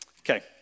Okay